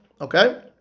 Okay